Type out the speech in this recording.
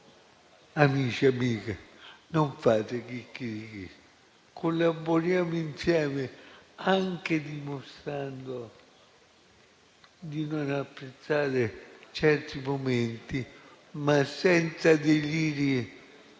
amici e amiche, non fate chicchirichì. Collaboriamo insieme, anche dimostrando di non apprezzare certi momenti, ma senza deliri